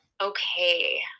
Okay